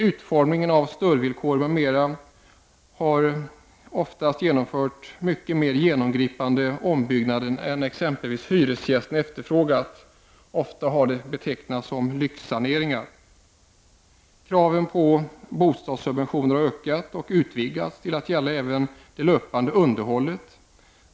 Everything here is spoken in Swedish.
Utformningen av stödvillkor m.m. har ofta medfört mycket mer genomgripande ombyggnader än exempelvis hyresgästen har efterfrågat. Ofta har de betecknats som lyxsaneringar. Kraven på bostadssubventioner har ökat och utvidgats till att även gälla det löpande underhållet.